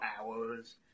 hours